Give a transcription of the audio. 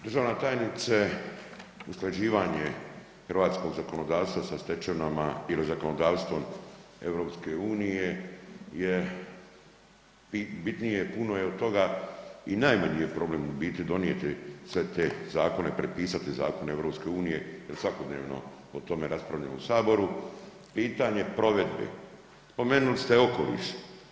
Državna tajnice, usklađivanje hrvatskog zakonodavstva sa stečevinama ili zakonodavstvom EU-a je bitnije puno od toga i najmanji je problem u biti donijeti sve te zakone, prepisati zakone EU-a jer svakodnevno o tome raspravljamo u Saboru, pitanje provedbe, spomenuli ste okoliš.